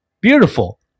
beautiful